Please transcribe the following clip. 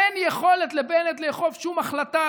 אין יכולת לבנט לאכוף שום החלטה,